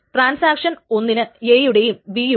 Thomas's write rule Thomas's write rule